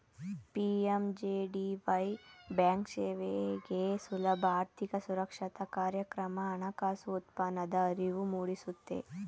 PMJDY ಬ್ಯಾಂಕ್ಸೇವೆಗೆ ಸುಲಭ ಆರ್ಥಿಕ ಸಾಕ್ಷರತಾ ಕಾರ್ಯಕ್ರಮದ ಹಣಕಾಸು ಉತ್ಪನ್ನದ ಅರಿವು ಮೂಡಿಸುತ್ತೆ